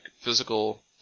physical